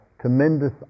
tremendous